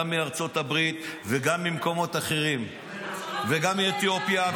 גם מארצות הברית וגם ממקומות אחרים ------- וגם מאתיופיה וכו'.